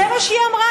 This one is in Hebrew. זה מה שהיא אמרה.